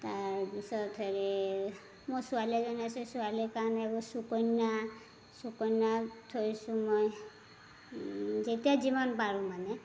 তাৰ পিছত হেৰি মোৰ ছোৱালী এজনী আছে ছোৱালীৰ কাৰণে এইবোৰ চুকন্যা চুকন্যাত থৈছোঁ মই যেতিয়া যিমান পাৰোঁ মানে